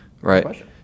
Right